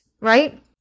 right